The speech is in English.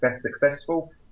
successful